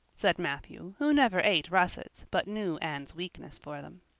said matthew, who never ate russets but knew anne's weakness for them.